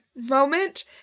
moment